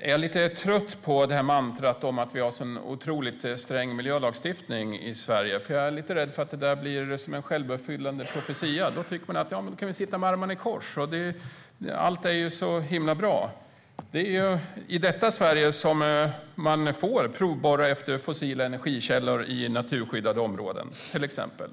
Jag är lite trött på mantrat att vi har en så otroligt sträng miljölagstiftning i Sverige. Jag är lite rädd för att det blir en självuppfyllande profetia; man tycker att man kan sitta med armarna i kors eftersom allt är så himla bra. Det är i detta Sverige som man får provborra efter fossila energikällor i naturskyddade områden, till exempel.